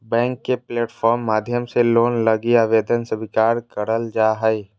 bank के platform माध्यम से लोन लगी आवेदन स्वीकार करल जा हय